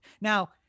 Now